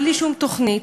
בלי שום תוכנית.